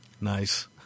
Nice